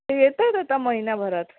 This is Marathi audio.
ते येतात आता महिन्याभरात